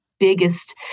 biggest